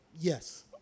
Yes